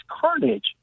carnage